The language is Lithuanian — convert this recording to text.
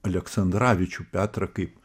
aleksandravičių petrą kaip